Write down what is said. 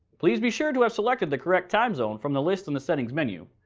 please be sure to have selected the correct time zone from the list in the settings menu.